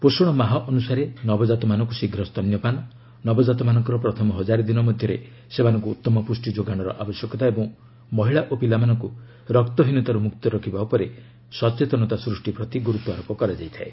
ପୋଷଣ ମାହ ଅନୁସାରେ ନବଜାତମାନଙ୍କୁ ଶୀଘ୍ର ସ୍ତନ୍ୟପାନ ନବଜାତ ମାନଙ୍କର ପ୍ରଥମ ହଜାରେ ଦିନ ମଧ୍ୟରେ ସେମାନଙ୍କୁ ଉତ୍ତମ ପୁଷ୍ଟି ଯୋଗାଣର ଆବଶ୍ୟକତା ଏବଂ ମହିଳା ଓ ପିଲାମାନଙ୍କୁ ରକ୍ତହୀନତାରୁ ମୁକ୍ତ ରଖିବା ଉ ଉପରେ ସଚେତନତା ସୃଷ୍ଟି ପ୍ରତି ଗୁରୁତ୍ୱ ଆରୋପ କରାଯାଇଥାଏ